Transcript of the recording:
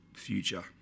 future